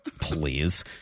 Please